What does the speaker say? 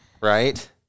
right